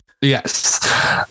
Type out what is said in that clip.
Yes